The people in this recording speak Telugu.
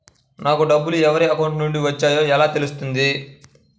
నాకు డబ్బులు ఎవరి అకౌంట్ నుండి వచ్చాయో ఎలా తెలుస్తుంది?